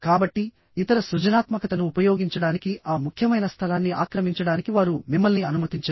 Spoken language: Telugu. కాబట్టిఇతర సృజనాత్మకతను ఉపయోగించడానికి ఆ ముఖ్యమైన స్థలాన్ని ఆక్రమించడానికి వారు మిమ్మల్ని అనుమతించరు